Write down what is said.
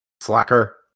Slacker